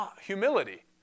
humility